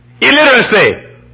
Illiteracy